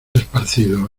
esparcido